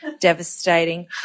devastating